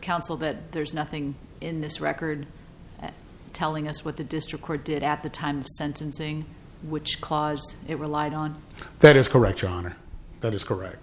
counsel that there's nothing in this record telling us what the district court did at the time of sentencing which caused it relied on that is correct your honor that is correct